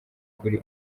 kuri